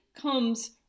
comes